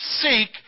seek